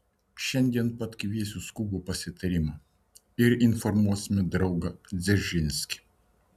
šiandien pat kviesiu skubų pasitarimą ir informuosime draugą dzeržinskį